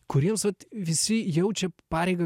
kuriems vat visi jaučia pareigą